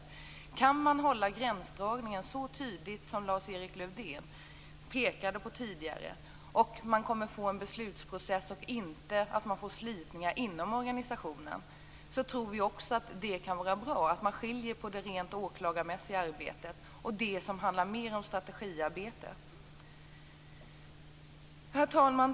Om man kan hålla gränsdragningen så tydligt som Lars-Erik Lövdén pekade på tidigare, och om man får en beslutsprocess och inte slitningar inom organisationen, tror vi också att det kan vara bra att man skiljer på det rent åklagarmässiga arbetet och det som handlar mer om strategiarbetet. Herr talman!